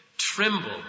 tremble